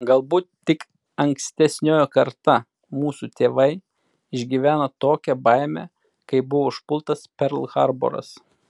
galbūt tik ankstesnioji karta mūsų tėvai išgyveno tokią baimę kai buvo užpultas perl harboras